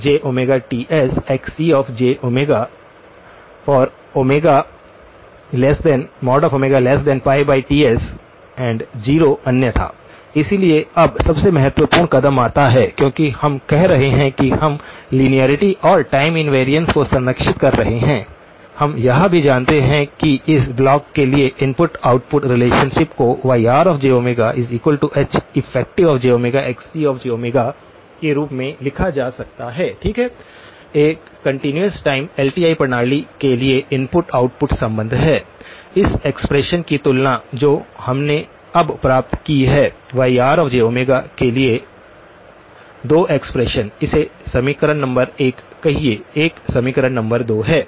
YrjHejTsXcj Ts 0 अन्यथा इसलिए अब सबसे महत्वपूर्ण कदम आता है क्योंकि हम कह रहे हैं कि हम लीनियरिटी और टाइम इन्वैरिअन्स को संरक्षित कर रहे हैं हम यह भी जानते हैं कि इस ब्लॉक के लिए इनपुट आउटपुट रिलेशनशिप को YrjHeffjXcj के रूप में लिखा जा सकता है ठीक है एक कंटीन्यूअस टाइम एलटीआई प्रणाली के लिए इनपुट आउटपुट संबंध है इस एक्सप्रेशन की तुलना जो हमने अब प्राप्त की है Yr के लिए 2 एक्सप्रेशन इसे समीकरण नंबर 1 कहिए यह समीकरण नंबर 2 है